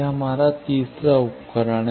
यह हमारा तीसरा उपकरण है